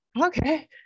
okay